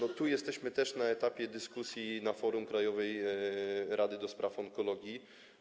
Tu też jesteśmy na etapie dyskusji na forum Krajowej Rady do spraw Onkologii.